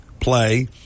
play